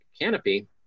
canopy